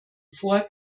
vor